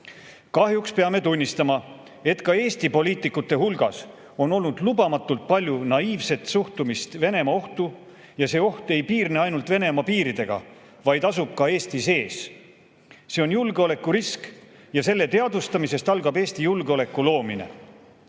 Kahjuks peame tunnistama, et ka Eesti poliitikute hulgas on olnud lubamatult palju naiivset suhtumist Venemaa-ohtu. Ja see oht ei piirne ainult Venemaa piiridega, vaid asub ka Eesti sees. See on julgeolekurisk ja selle teadvustamisest algab Eesti julgeoleku loomine.